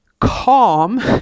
calm